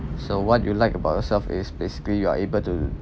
so what do you like about yourself is basically you are able to